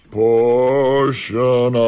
portion